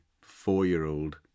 four-year-old